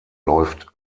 läuft